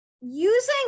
using